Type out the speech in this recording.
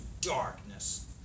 darkness